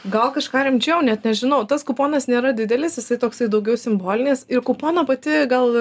gal kažką rimčiau net nežinau tas kuponas nėra didelis jisai toksai daugiau simbolinis ir kuponą pati gal